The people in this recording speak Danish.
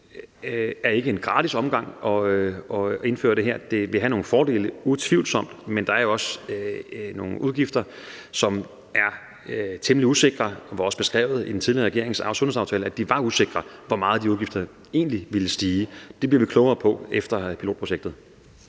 at det ikke er en gratis omgang at indføre det her. Det vil have nogle fordele, utvivlsomt, men der er også nogle udgifter, som er temmelig usikre, og det var også beskrevet i den tidligere regerings sundhedsaftale, at det var usikkert, hvor meget de udgifter egentlig ville stige med. Det bliver vi klogere på efter pilotprojektet.